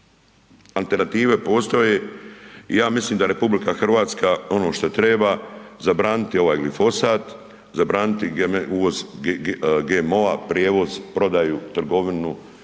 Alternative postoje i ja mislim da RH ono što treba, zabraniti ovaj glifosat, zabraniti uvoz GMO-a, prijevoz, prodaju, trgovinu